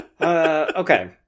Okay